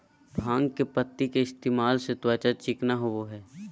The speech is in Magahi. भांग के पत्ति के इस्तेमाल से त्वचा चिकना होबय हइ